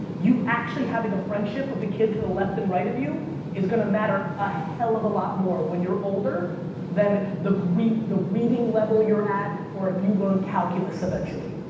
you actually having a friendship with the kid to the left and right of you is gonna matter a hell of a lot more when you're older than the reading the reading level you're at, or if you learn calculus eventually.